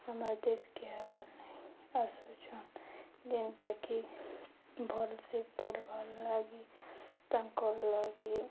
ଆମର୍ ଦେଶ୍କେ ରହିବାର ଲାଗି ଆସୁଛନ୍ ଯେନ୍ତାକି ଭଲ୍ସେ ପଢ଼୍ବାର୍ ଲାଗି ତାଙ୍କର୍ ଲାଗି